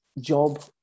job